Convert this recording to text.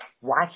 Watch